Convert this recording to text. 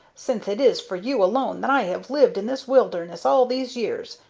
since it is for you alone that i have lived in this wilderness all these years,